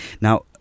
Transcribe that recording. Now